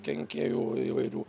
kenkėjų įvairių